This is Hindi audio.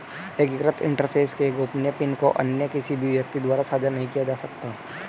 एकीकृत इंटरफ़ेस के गोपनीय पिन को अन्य किसी भी व्यक्ति द्वारा साझा नहीं किया जा सकता